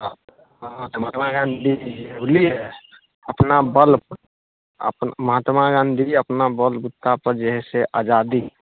हँ तऽ महात्मा गांधी बुझलियै अपना बल पर महात्मा गांधी अपना बल बूता पर जे है से आजादी